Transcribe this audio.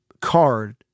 card